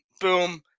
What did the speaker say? boom